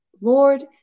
Lord